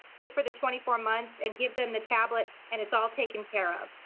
pay for the twenty four months, and give them the tablet, and it's all taken care of.